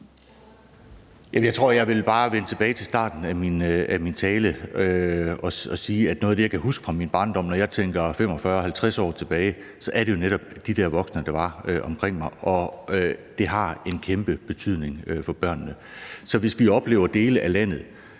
jeg tror, at jeg bare vil vende tilbage til starten af min tale og sige, at noget af det, jeg kan huske fra min barndom, når jeg tænker 45-50 år tilbage, jo netop er de der voksne, der var omkring mig. Det har en kæmpe betydning for børnene. Så hvis vi oplever, at der